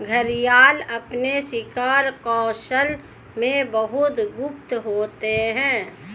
घड़ियाल अपने शिकार कौशल में बहुत गुप्त होते हैं